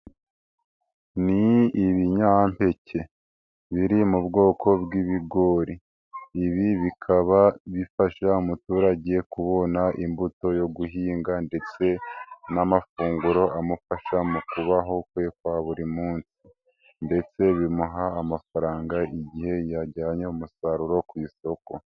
Ni ibinyampeke, biri mu bwoko bw'ibigori, ibi bikaba bifasha umuturage kubona imbuto yo guhinga, ndetse n'amafunguro amufasha mu kubaho kwe kwa buri munsi, ndetse bimuha amafaranga igihe yajyanye umusaruro ku isoko.